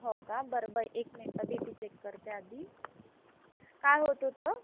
हो का बरं बरं एक मिनिटं बी पी चेक करते आधी काय होत होतं